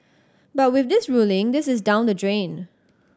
but with this ruling this is down the drain